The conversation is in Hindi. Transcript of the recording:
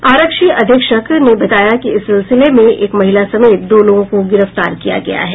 आरक्षी अधीक्षक ने बताया कि इस सिलसिले में एक महिला समेत दो लोगों को गिरफ्तार किया गया है